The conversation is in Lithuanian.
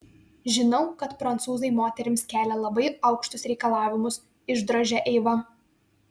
žinau kad prancūzai moterims kelia labai aukštus reikalavimus išdrožė eiva